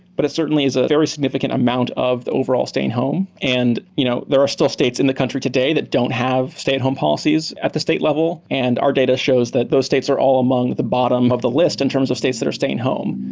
but it certainly is a very significant amount of the overall staying home, and you know there are still states in the country today that don't have stay-at-home policies at the state level and our data shows that those states are all among the bottom of the list in terms of states that are staying home.